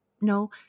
no